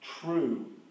true